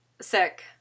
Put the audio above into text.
sick